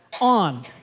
on